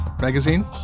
Magazine